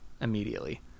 immediately